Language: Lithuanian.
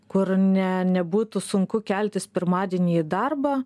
kur ne nebūtų sunku keltis pirmadienį į darbą